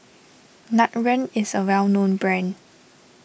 Nutren is a well known brand